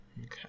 Okay